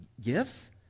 gifts